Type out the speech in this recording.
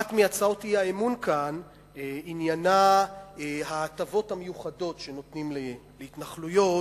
אחת מהצעות האי-אמון כאן עניינה ההטבות המיוחדות שנותנים להתנחלויות.